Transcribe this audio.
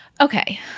Okay